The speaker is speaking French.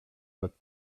votre